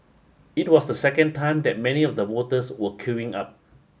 it was the second time that many of the voters were queuing up